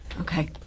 Okay